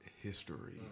history